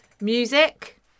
music